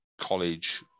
college